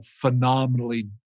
phenomenally